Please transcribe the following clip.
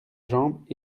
jambe